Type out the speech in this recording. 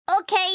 Okay